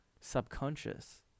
subconscious